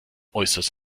äußerst